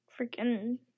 freaking